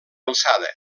alçada